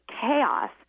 chaos